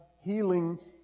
healing